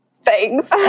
thanks